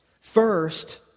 First